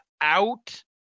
out